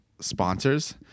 sponsors